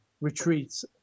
retreats